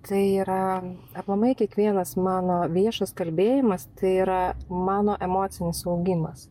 tai yra aplamai kiekvienas mano viešas kalbėjimas tai yra mano emocinis augimas